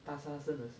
大声声的